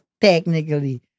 technically